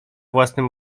własnym